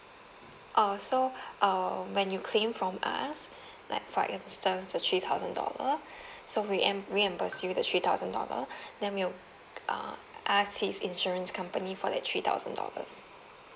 uh so um when you claim from us like for instance the three thousand dollar so we em~ reimburse you the three thousand dollar then we'll uh ask his insurance company for that three thousand dollars